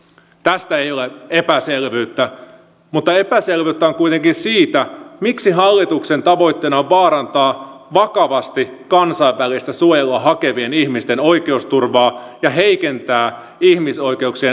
tästä ei ole epäselvyyttä mutta epäselvyyttä on kuitenkin siitä miksi hallituksen tavoitteena on vaarantaa vakavasti kansainvälistä suojelua hakevien ihmisten oikeusturvaa ja heikentää ihmisoikeuksien toteutumista